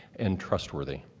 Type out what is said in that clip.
and trustworthy.